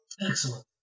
Excellent